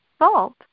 salt